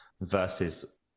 versus